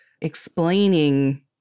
explaining